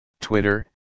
twitter